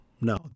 no